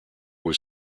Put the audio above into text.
was